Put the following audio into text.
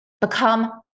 become